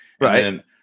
Right